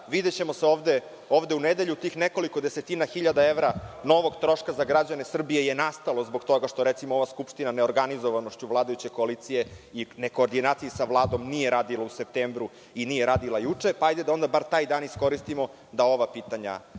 videćemo se ovde u nedelju. Tih nekoliko desetina hiljada evra novog troška za građane Srbije nastalo je zbog toga što, recimo, ova Skupština, neorganizovanošću vladajuće koalicije i nekoordinacije sa Vladom, nije radila u septembru i nije radila juče. Pa hajde onda da bar taj dan iskoristimo da ova pitanja